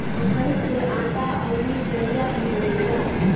मकई से आटा अउरी दलिया भी बनेला